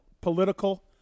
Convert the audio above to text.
political